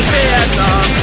Vietnam